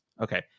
Okay